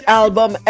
album